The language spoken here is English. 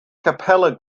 capella